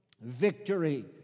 victory